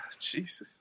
Jesus